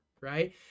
right